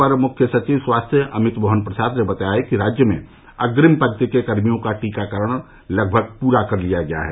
अपर मुख्य सचिव स्वास्थ्य अमित मोहन प्रसाद ने बताया कि राज्य में अग्निम पंक्ति के कर्मियों का टीकाकरण लगभग प्रा कर लिया गया है